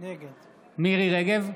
רגב,